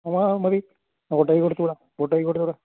ആ മതി ഓട്ടോയ്ക്ക് കൊടുത്ത് വിടാം ഓട്ടോയ്ക്ക് കൊടുത്ത് വിടാം